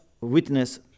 witness